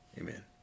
Amen